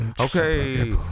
Okay